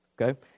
okay